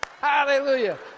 Hallelujah